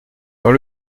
dans